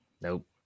Nope